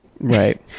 Right